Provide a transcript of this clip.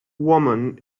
woman